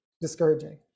discouraging